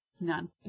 None